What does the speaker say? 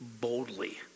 boldly